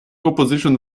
opposition